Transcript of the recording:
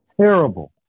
terrible